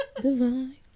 divine